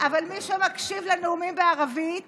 אבל מי שמקשיב לנאומים בערבית